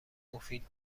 مفید